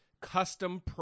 custom